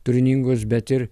turiningos bet ir